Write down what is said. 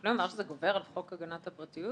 יכולים לומר שזה גובר על חוק הגנת הפרטיות?